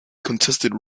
contested